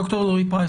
ד"ר אלרעי-פרייס,